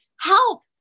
Help